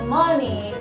money